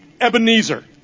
Ebenezer